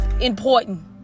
important